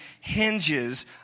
hinges